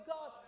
God